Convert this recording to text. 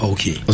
Okay